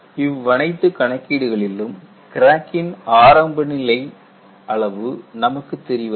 இவ்வனைத்து கணக்கீடுகளிலும் கிராக் கின் ஆரம்ப நிலை அளவு நமக்குத் தெரிவதில்லை